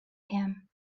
him